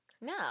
No